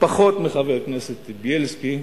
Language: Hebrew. פחות מחבר כנסת בילסקי,